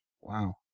wow